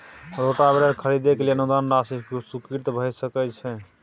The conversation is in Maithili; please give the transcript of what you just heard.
रोटावेटर खरीदे के लिए अनुदान राशि स्वीकृत भ सकय छैय?